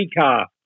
car